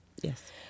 Yes